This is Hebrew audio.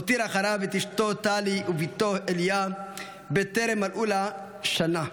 הותיר אחריו את אשתו טלי ובתו אליה בטרם מלאה לה שנה.